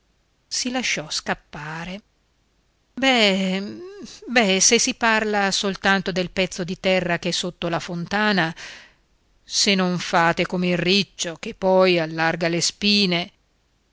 si lasciò scappare be be se si parla soltanto del pezzo di terra ch'è sotto la fontana se non fate come il riccio che poi allarga le spine